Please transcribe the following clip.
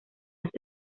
las